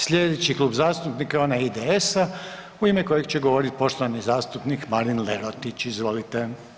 Sljedeći Klub zastupnika je onaj IDS-a u ime kojeg će govoriti poštovani zastupnik Marin Lerotić, izvolite.